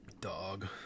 Dog